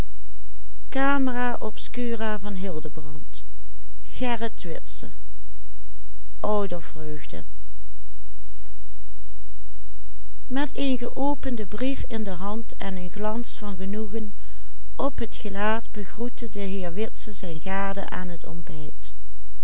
met een geopenden brief in de hand en een glans van genoegen op het gelaat begroette de heer witse zijne gade aan het ontbijt